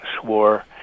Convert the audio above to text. swore